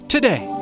Today